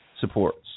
supports